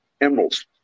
emeralds